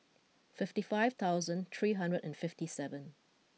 fifty five thousand three hundred and fifty seven